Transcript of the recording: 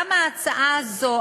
גם ההצעה הזאת,